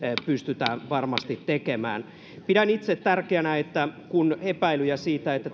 pystytään varmasti tekemään pidän itse tärkeänä että kun on epäilyjä siitä että